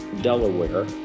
delaware